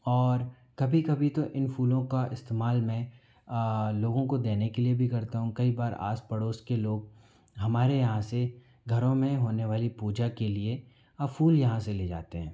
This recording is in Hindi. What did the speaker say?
और कभी कभी तो इन फूलों का इस्तेमाल मैं लोगों को देने के लिए भी करता हूँ कई बार आस पड़ोस के लोग हमारे यहाँ से घरों में होने वाली पूजा के लिए फूल यहाँ से ले जाते हैं